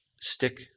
Stick